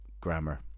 grammar